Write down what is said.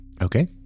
Okay